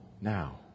now